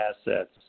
assets